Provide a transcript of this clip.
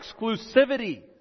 exclusivity